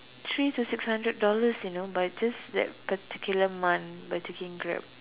three to six hundred dollars you know by just that particular month by taking Grab